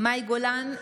מאי גולן,